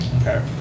Okay